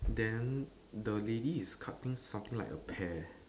then the lady is cutting something like a pear